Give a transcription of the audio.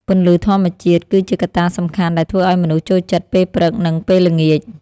ពន្លឺធម្មជាតិគឺជាកត្តាសំខាន់ដែលធ្វើឱ្យមនុស្សចូលចិត្តពេលព្រឹក និងពេលល្ងាច។